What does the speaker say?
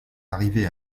arrivée